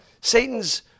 Satan's